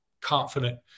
confident